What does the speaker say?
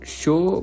show